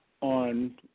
on